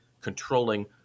controlling